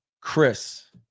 Chris